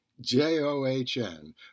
J-O-H-N